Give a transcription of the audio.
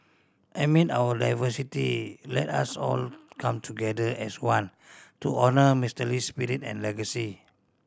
amid our diversity let us all come together as one to honour Mister Lee's spirit and legacy